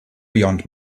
beyond